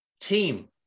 Team